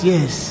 Yes